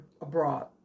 abroad